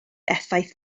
effaith